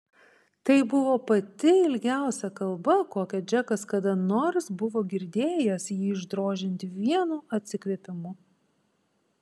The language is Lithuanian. tai buvo pati ilgiausia kalba kokią džekas kada nors buvo girdėjęs jį išdrožiant vienu atsikvėpimu